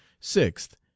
Sixth